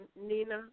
Nina